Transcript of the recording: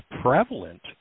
prevalent